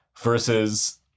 versus